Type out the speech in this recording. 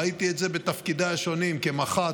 ראיתי את זה בתפקידיי השונים כמח"ט,